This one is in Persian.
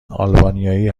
آلبانیایی